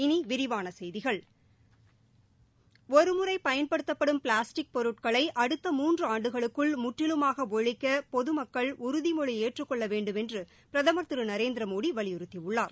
இனி விரிவான செய்திகள் ஒரு முறை பயன்படுத்தப்படும் பிளாஸ்டிக் பொருட்களை அடுத்த மூன்று ஆண்டுகளுக்குள் முற்றிலுமாக ஒழிக்க பொது மக்கள் உறுதி மொழி ஏற்றுக் கொள்ள வேண்டும் என்று பிரதமர் திரு நரேந்திர மோடி வலிபுறுத்தியுள்ளார்